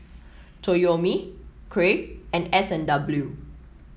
Toyomi Crave and S and W